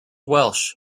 welsh